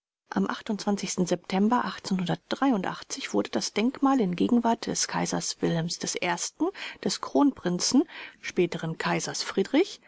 am september wurde das denkmal in gegenwart des kaisers wilhelm i des kronprinzen späteren kaisers friedrich